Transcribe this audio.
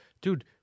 Dude